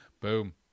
Boom